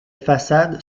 façades